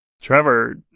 Trevor